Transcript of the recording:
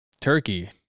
turkey